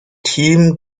team